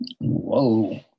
Whoa